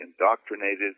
indoctrinated